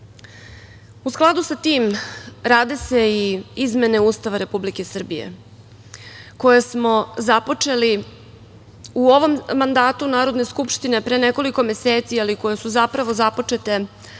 skladu sa tim, rade se i izmene Ustava Republike Srbije koje smo započeli u ovom mandatu Narodne skupštine pre nekoliko meseci, ali koje su zapravo započete